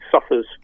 suffers